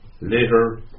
Later